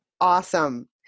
Awesome